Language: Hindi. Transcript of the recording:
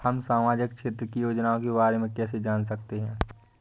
हम सामाजिक क्षेत्र की योजनाओं के बारे में कैसे जान सकते हैं?